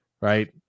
right